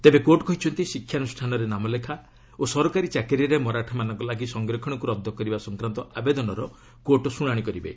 ତେବେ କୋର୍ଟ କହିଛନ୍ତି ଶିକ୍ଷାନୁଷ୍ଠାନରେ ନାମଲେଖା ଓ ସରକାରୀ ଚାକିରିରେ ମରାଠାମାନଙ୍କ ଲାଗି ସଂରକ୍ଷଣକୁ ରଦ୍ଦ କରିବା ସଂକ୍ରାନ୍ତ ଆବେଦନର କୋର୍ଟ ଶୁଣାଣି କରିବେ